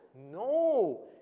No